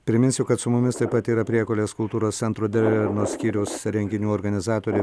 priminsiu kad su mumis taip pat yra priekulės kultūros centro drevernos skyriaus renginių organizatorė